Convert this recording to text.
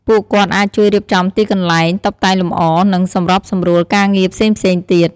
ពួកគាត់អាចជួយរៀបចំទីកន្លែង តុបតែងលម្អ និងសម្របសម្រួលការងារផ្សេងៗទៀត។